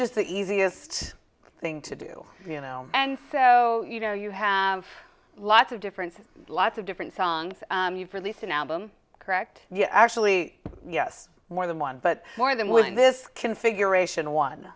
just the easiest thing to do you know and so you know you have lots of different lots of different songs for the thin album correct yes actually yes more than one but more than willing this configuration one